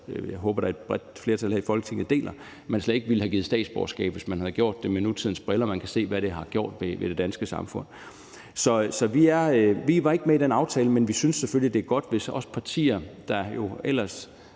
jeg håber, der er et bredt flertal her i Folketinget, der deler det synspunkt – slet ikke ville have givet statsborgerskab, hvis man havde set på det med nutidens briller på og set, hvad det har gjort ved det danske samfund. Så vi var ikke med i den aftale, men vi synes selvfølgelig, det er godt, hvis også partier, der jo ellers